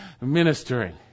ministering